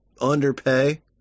underpay